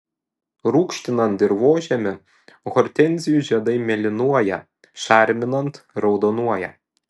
rūgštinant dirvožemį hortenzijų žiedai mėlynuoja šarminant raudonuoja